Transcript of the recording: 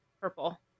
Purple